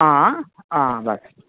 हां हां बस